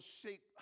shape